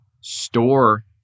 store